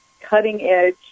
cutting-edge